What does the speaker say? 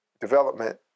development